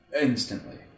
instantly